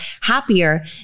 happier